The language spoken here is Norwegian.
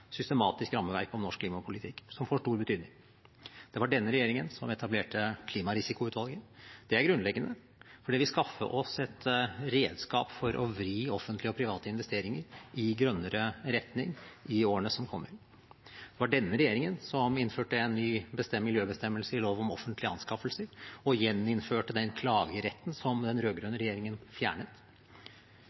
systematisk rammeverk for norsk klimapolitikk, som får stor betydning. Det var denne regjeringen som etablerte Klimarisikoutvalget. Det er grunnleggende, for det vil skaffe oss et redskap for å vri offentlige og private investeringer i en grønnere retning i årene som kommer. Det var denne regjeringen som innførte en ny miljøbestemmelse i lov om offentlige anskaffelser og gjeninnførte den klageretten som den rød-grønne regjeringen fjernet.